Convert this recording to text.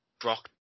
Brock